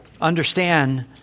understand